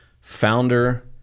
founder